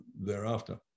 thereafter